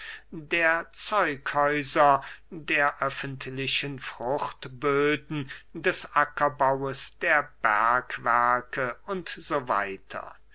der zeughäuser der öffentlichen fruchtböden des ackerbaues der bergwerke u s